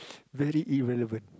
very irrelevant